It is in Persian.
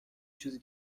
چیزی